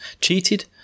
cheated